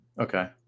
okay